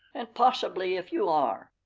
and possibly if you are.